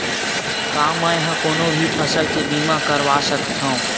का मै ह कोनो भी फसल के बीमा करवा सकत हव?